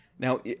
Now